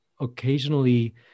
occasionally